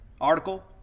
Article